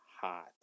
hot